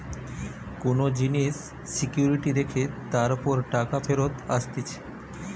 কোন জিনিস সিকিউরিটি রেখে তার উপর টাকা ফেরত আসতিছে